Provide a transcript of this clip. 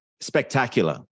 Spectacular